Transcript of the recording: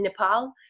Nepal